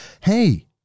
hey